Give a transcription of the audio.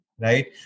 right